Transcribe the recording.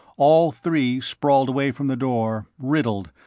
all three sprawled away from the door, riddled,